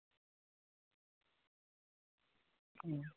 ᱦᱩᱸ